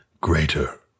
greater